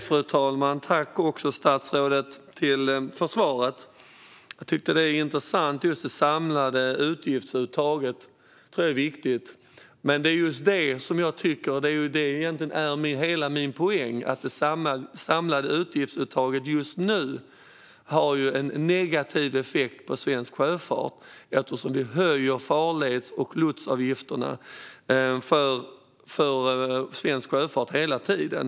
Fru talman! Tack, statsrådet, för svaret! Jag tycker att det är intressant med just det samlade utgiftsuttaget, och jag tror att det är viktigt. Men det är just det som är hela min poäng: Det samlade utgiftsuttaget just nu har en negativ effekt på svensk sjöfart eftersom vi höjer farleds och lotsavgifterna för svensk sjöfart hela tiden.